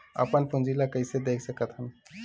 अपन पूंजी ला कइसे देख सकत हन?